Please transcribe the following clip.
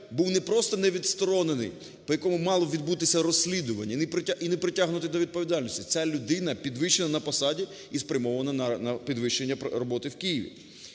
був не просто не відсторонений, по якому мало б відбутися розслідування, і не притягнутий до відповідальності, ця людина підвищена на посаді і спрямована на підвищення для роботи в Києві.